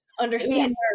Understand